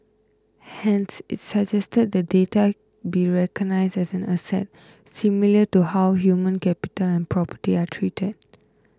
hence it suggested that data be recognised as an asset similar to how human capital and property are treated